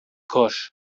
koch